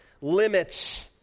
limits